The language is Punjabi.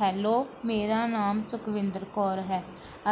ਹੈਲੋ ਮੇਰਾ ਨਾਮ ਸੁਖਵਿੰਦਰ ਕੌਰ ਹੈ